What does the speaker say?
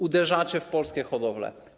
Uderzacie w polskie hodowle.